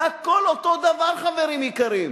זה הכול אותו הדבר, חברים יקרים.